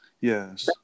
Yes